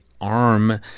arm